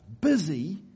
busy